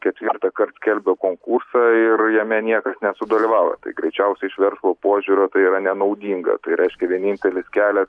ketvirtąkart skelbia konkursą ir jame niekas nesudalyvauja tai greičiausia iš verslo požiūrio tai yra nenaudinga tai reiškia vienintelis kelias